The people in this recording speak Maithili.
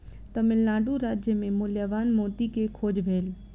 तमिल नाडु राज्य मे मूल्यवान मोती के खोज भेल